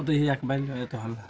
ओतहिए जा कऽ बाजि ले ने एतऽ हल्का